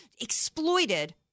exploited